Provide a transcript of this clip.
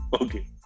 Okay